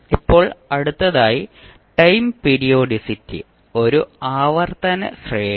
ഇപ്പോൾ അടുത്തതായി time periodicity ഒരു ആവർത്തന ശ്രേണി